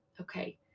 okay